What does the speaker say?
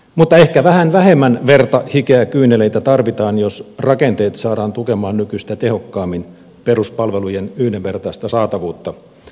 mutta ehkä vähän vähemmän verta hikeä ja kyyneleitä tarvitaan jos rakenteet saadaan tukemaan nykyistä tehokkaammin peruspalvelujen yhdenvertaista saatavuutta